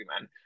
man